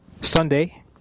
Sunday